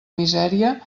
misèria